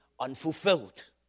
unfulfilled